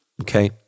okay